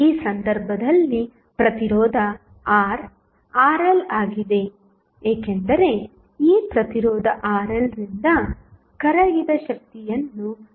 ಈ ಸಂದರ್ಭದಲ್ಲಿ ಪ್ರತಿರೋಧ R RL ಆಗಿದೆ ಏಕೆಂದರೆ ಈ ಪ್ರತಿರೋಧ RLರಿಂದ ಕರಗಿದ ಶಕ್ತಿಯನ್ನು ನಾವು ಕಂಡುಹಿಡಿಯಬೇಕಾಗಿದೆ